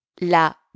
la